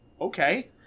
Okay